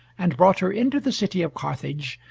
and brought her into the city of carthage,